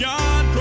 God